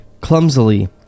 Clumsily